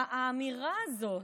והאמירה הזאת,